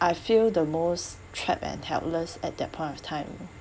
I feel the most trapped and helpless at that point of time